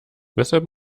weshalb